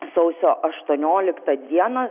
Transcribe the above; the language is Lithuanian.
sausio aštuonioliktą dieną